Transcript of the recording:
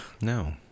No